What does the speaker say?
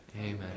Amen